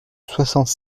soixante